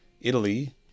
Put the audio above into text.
Italy